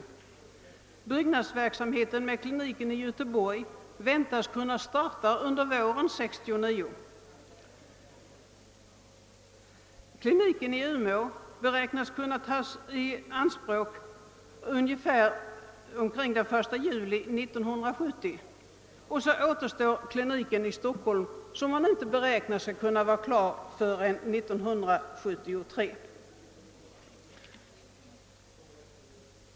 Kliniken i Göteborg räknar man med att kunna börja bygga under våren 1969, och kliniken i Umeå beräknar man kunna ta i anspråk omkring den 1 juli 1970. Den återstående kliniken, i Stockholm, räknar man inte med att kunna ha färdig förrän 1973.